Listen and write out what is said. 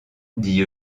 dit